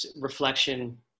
reflection